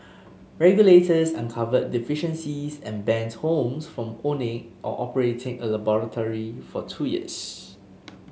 regulators uncovered deficiencies and banned Holmes from owning or operating a laboratory for two years